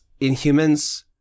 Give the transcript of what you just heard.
Inhumans